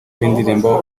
w’indirimbo